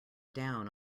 down